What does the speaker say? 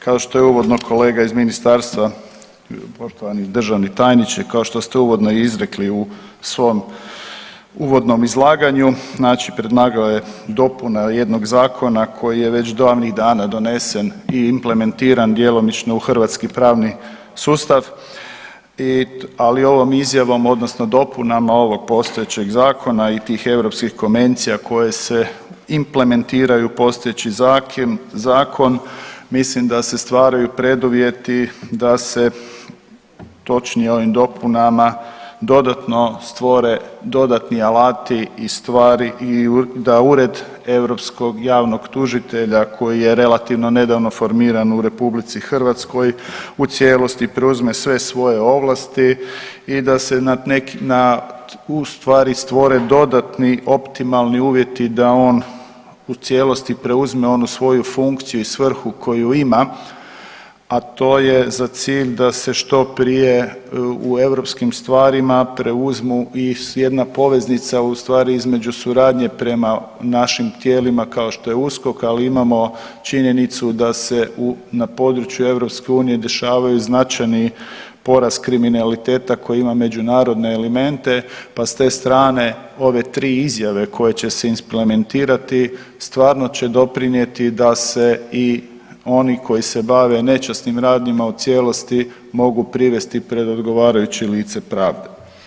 Kao što je uvodno kolega iz Ministarstva, poštovani državni tajniče, kao što ste uvodno i izrekli u svom uvodnom izlaganju, znači ... dopuna jednog zakona koji je već davnih dana donesen i implementiran djelomično u hrvatski pravni sustav i, ali ovom izmjenom odnosno dopunama ovog postojećeg zakona i tih europskih komencija koje se implementiraju postojeći zakon, mislim da se stvaraju preduvjeti da se točnije, ovim dopunama dodatno stvore dodatni alati i stvari i da Ured europskog javnog tužitelja koji je relativno nedavno formiran u RH u cijelosti preuzme sve svoje ovlasti i da se na neki, na, ustvari stvore dodatni optimalni uvjeti da on u cijelosti preuzme onu svoju funkciju i svrhu koju ima, a to je za cilj da se što prije u europskim stvarima preuzmu i s jedne poveznica ustvari između suradnje prema našim tijelima, kao što je USKOK, ali imamo činjenicu da se u, na području EU dešavaju značajni porast kriminaliteta koji ima međunarodne elemente pa s te strane ove 3 izjave koje će se implementirati, stvarno će doprinijeti da se i oni koji se bave nečasnim radnjama u cijelosti mogu privesti pred odgovarajući lice pravde.